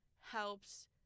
helps